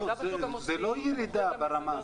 זה לא ירידה ברמה,